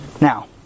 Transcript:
Now